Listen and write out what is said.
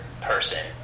person